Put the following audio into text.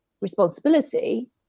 responsibility